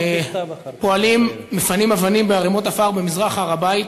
פועלים מפנים אבנים בערמות עפר במזרח הר-הבית